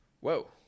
whoa